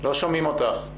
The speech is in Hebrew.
לא שומעים אותך.